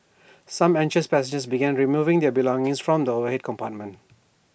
some anxious passengers began removing their belongings from the overhead compartments